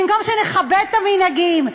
במקום שנכבד את המנהגים,